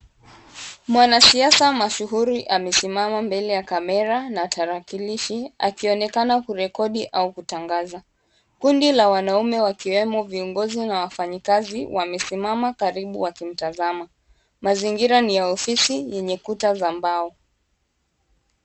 Mwanasiasa mashuhuri amesimama mbele ya kamera na tarakilishi akionekana kurekodi au kutangaza. Kundi la wanaume wa kiwemo viongozi na wafanyikazi wamesimama karibu wakimtazama. Mazingira ni ya ofisi yenye kuta za mbao.